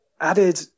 added